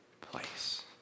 place